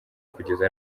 kugeza